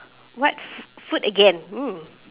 what f~ food again mm